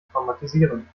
traumatisieren